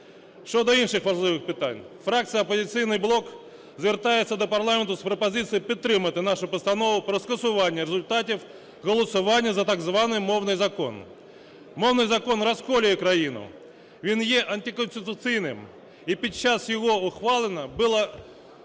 Щодо інших важливих питань. Фракція "Опозиційний блок" звертається до парламенту з пропозицією підтримати нашу постанову про скасування результатів голосування за так званий мовний закон. Мовний закон розколює країну, він є антиконституційним, і під час його ухвалення було